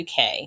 uk